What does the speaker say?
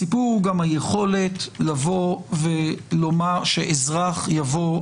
הסיפור הוא גם היכולת לבוא ולומר שאזרח יבוא,